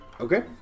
Okay